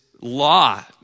law